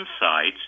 insights